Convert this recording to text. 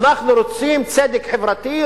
אנחנו רוצים צדק חברתי,